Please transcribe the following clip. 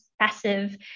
passive